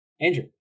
andrew